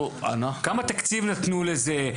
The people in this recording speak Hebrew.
כמה תקציב נתנו לזה?